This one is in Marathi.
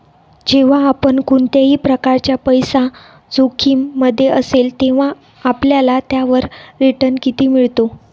जेव्हा पण कोणत्याही प्रकारचा पैसा जोखिम मध्ये असेल, तेव्हा आपल्याला त्याच्यावर रिटन किती मिळतो?